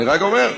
אני רק אומר.